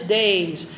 days